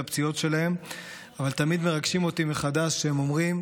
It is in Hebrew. הפציעות שלהם אבל תמיד מרגשים אותי מחדש כשהם אומרים: